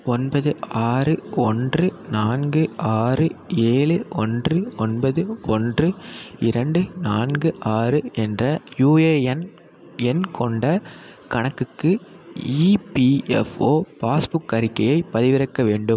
ஒன்பது ஆறு ஒன்று நான்கு ஆறு ஏழு ஒன்று ஒன்பது ஒன்று இரண்டு நான்கு ஆறு என்ற யுஏஎன் எண் கொண்ட கணக்குக்கு இபிஎஃப்ஓ பாஸ் புக் அறிக்கையை பதிவிறக்க வேண்டும்